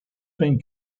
been